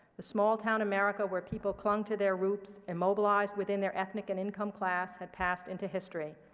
the small-town america where people clung to their roots, immobilized within their ethnic and income class, had passed into history.